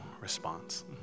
response